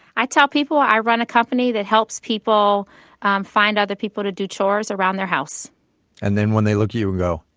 i tell people i run a company that helps people find other people to do chores around their house and then when they look at you and go,